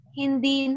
hindi